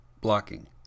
Blocking